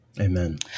Amen